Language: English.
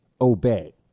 obey